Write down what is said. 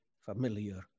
familiar